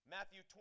Matthew